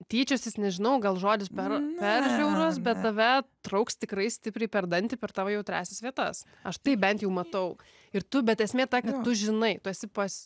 tyčiosis nežinau gal žodis per per žiaurus bet tave trauks tikrai stipriai per dantį per tavo jautriąsias vietas aš taip bent jau matau ir tu bet esmė ta kad tu žinai tu esi pas